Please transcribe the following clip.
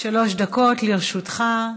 שלוש דקות לרשותך.